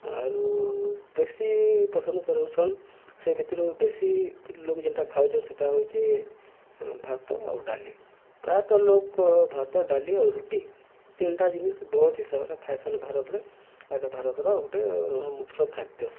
ଆରୁ ବେଶୀ ପସନ୍ଦ କରୁଛନ୍ ସେ ଭିତରୁ ବେଶୀ ଲୋକ ଯେନ୍ଟା ଖାଉଚନ୍ ସେଟା ହଉଚେ ଭାତ ଆଉ ଡାଲି ପ୍ରାୟତଃ ଲୋକ୍ ଭାତ ଡାଲି ଆଉ ରୁଟି ତିନିଟା ଜିନିଷ ବହୁତ ହିସାବରେ ଖାଏସନ୍ ଭାରତରେ ଆଉ ଏଇଟା ଭାରତର ଗୋଟେ ମୁଖ୍ୟ ଖାଦ୍ୟ